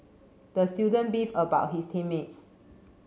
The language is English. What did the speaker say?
the student beefed about his team mates